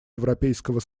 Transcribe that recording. европейского